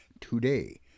today